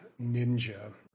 Ninja